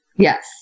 Yes